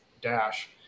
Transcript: Dash